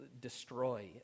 destroy